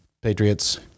Patriots